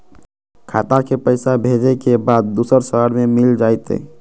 खाता के पईसा भेजेए के बा दुसर शहर में मिल जाए त?